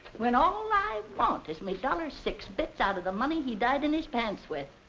when all i want is me dollar six bits out of the money he died in his pants with.